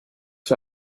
für